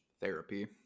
therapy